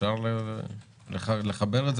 אפשר לחבר את זה?